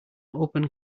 open